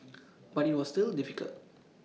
but IT was still difficult